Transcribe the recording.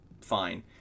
fine